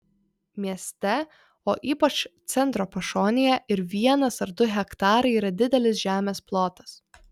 mieste o ypač centro pašonėje ir vienas ar du hektarai yra didelis žemės plotas